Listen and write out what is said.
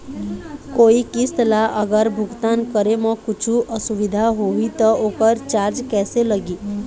कोई किस्त ला अगर भुगतान करे म कुछू असुविधा होही त ओकर चार्ज कैसे लगी?